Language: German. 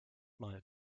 mal